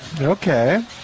Okay